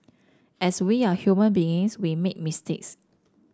as we are human beings we make mistakes